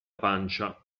pancia